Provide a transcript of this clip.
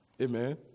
Amen